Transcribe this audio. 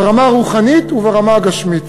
ברמה הרוחנית וברמה הגשמית.